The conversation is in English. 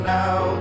now